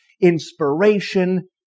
inspiration